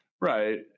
Right